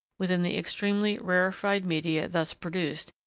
within the extremely rarefied media thus produced,